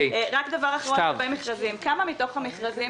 רק דבר אחרון לגבי מכרזים: כמה מתוך המכרזים